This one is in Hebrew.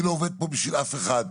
אני לא עובד פה בשביל אף אחד,